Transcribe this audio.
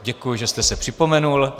Děkuji, že jste se připomenul.